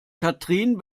katrin